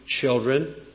children